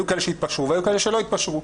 היו כאלה שהתפשרו והיו כאלה שלא התפשרו.